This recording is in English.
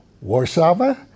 Warsaw